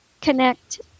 connect